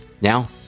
Now